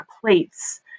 plates